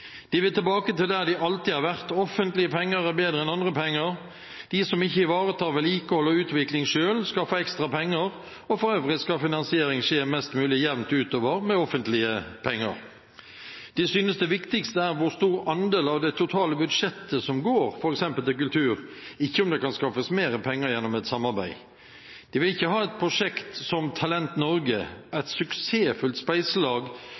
De vil tilbake dit de alltid har vært: Offentlige penger er bedre enn andre penger, de som ikke ivaretar vedlikehold og utvikling selv, skal få ekstra penger, og for øvrig skal finansiering skje mest mulig jevnt utover med offentlige penger. De synes det viktigste er hvor stor andel av det totale budsjettet som går f.eks. til kultur, ikke om det kan skaffes mer penger gjennom et samarbeid. De vil ikke ha et prosjekt som Talent Norge,